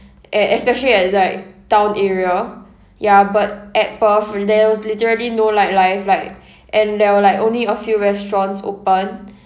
e~ especially at like town area ya but at perth there was literally no nightlife like and there were like only a few restaurants open